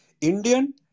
Indian